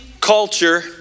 culture